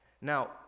Now